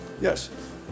Yes